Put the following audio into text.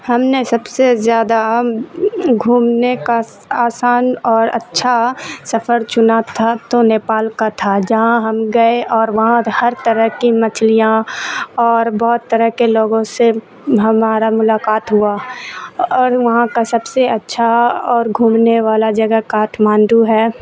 ہم نے سب سے زیادہ گھومنے کا آسان اور اچھا سفر چنا تھا تو نیپال کا تھا جہاں ہم گئے اور وہاں ہر طرح کی مچھلیاں اور بہت طرح کے لوگوں سے ہمارا ملاقات ہوا اور وہاں کا سب سے اچھا اور گھومنے والا جگہ کاٹھ مانڈو ہے